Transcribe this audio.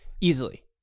easily